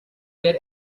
their